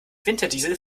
winterdiesel